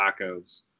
tacos